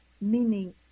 Meaning